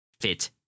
fit